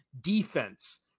defense